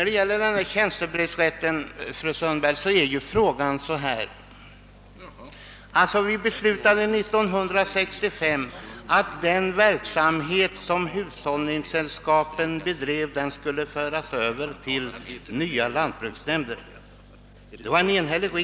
Beträffande tjänstebrevsrätten förhåller det sig, fru Sundberg, på följande sätt. 1965 beslutades av en enhällig riksdag och en enhällig utredning att den verksamhet som hushållningssällskapen bedrev skulle överföras till de nya lantbruksnämnderna.